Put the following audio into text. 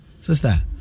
sister